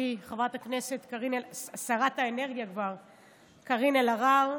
חברת הכנסת שרת האנרגיה קארין אלהרר,